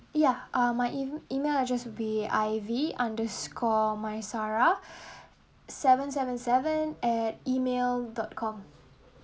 ya uh my e~ email will just be ivy underscore maisara seven seven seven at email dot com